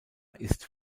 ist